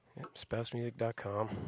SpouseMusic.com